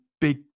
Big